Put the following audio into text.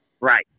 Right